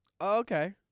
Okay